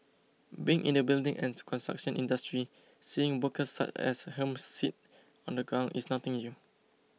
being in the building and construction industry seeing workers such as him sit on the ground is nothing new